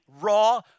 raw